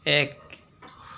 এক